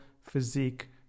physique